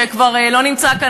שכבר לא נמצא כאן,